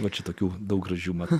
va čia tokių daug gražių mane